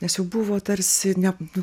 nes jau buvo tarsi ne